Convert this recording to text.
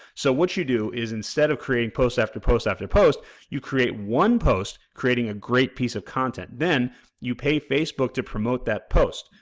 so, what you do is instead of creating post after post after post you create one post creating a great piece of content, then you pay facebook to promote that post,